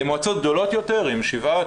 מועצות גדולות יותר עם שבעה,